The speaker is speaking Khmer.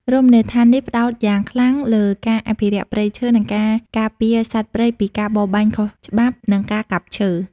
រមណីយដ្ឋាននេះផ្តោតយ៉ាងខ្លាំងលើការអភិរក្សព្រៃឈើ និងការការពារសត្វព្រៃពីការបរបាញ់ខុសច្បាប់ និងការកាប់ឈើ។